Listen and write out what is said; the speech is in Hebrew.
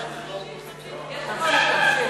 תמשיך, תמשיך.